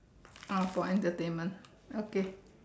ah for entertainment okay